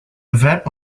event